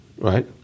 right